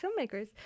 filmmakers